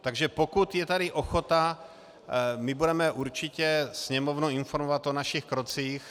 Takže pokud je tady ochota, my budeme určitě Sněmovnu informovat o našich krocích.